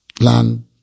land